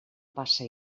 passa